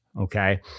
Okay